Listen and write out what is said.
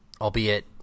Albeit